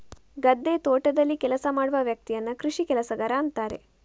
ಗದ್ದೆ, ತೋಟದಲ್ಲಿ ಕೆಲಸ ಮಾಡುವ ವ್ಯಕ್ತಿಯನ್ನ ಕೃಷಿ ಕೆಲಸಗಾರ ಅಂತಾರೆ